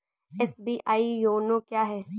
SBI YONO क्या है?